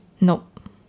Nope